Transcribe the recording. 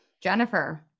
Jennifer